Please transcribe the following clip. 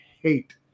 hate